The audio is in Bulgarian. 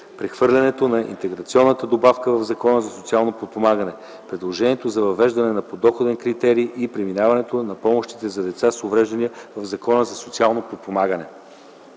прехвърлянето на интеграционната добавка в Закона за социалното подпомагане, предложението за въвеждане на подоходен критерий и преминаването на помощите за деца с увреждания в Закона за социалното подпомагане.